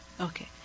Okay